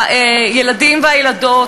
הילדים והילדות,